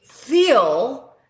feel